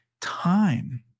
time